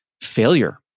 failure